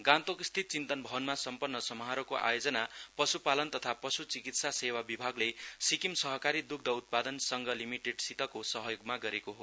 गान्तोकस्थित चिन्तन भवनमा सम्पन्न समारोहको आयोजना पशुपालन तथा पशुचिकित्सा सेवा विभागले सिक्किम सहकारी दुग्ध उत्पाजन संघ लिमिटेडसितको सहयोगमा गरेको हो